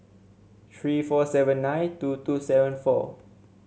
three four seven nine two two seven four